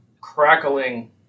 crackling